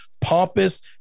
pompous